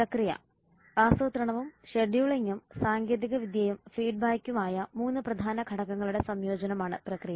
പ്രക്രിയ ആസൂത്രണവും ഷെഡ്യൂളിംഗും സാങ്കേതികവിദ്യയും ഫീഡ്ബാക്കും ആയ 3 പ്രധാന ഘടകങ്ങളുടെ സംയോജനമാണ് പ്രക്രിയ